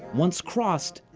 once crossed,